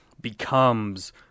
becomes